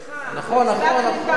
במשרד שלך, 60,000. נכון, נכון, נכון.